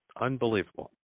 Unbelievable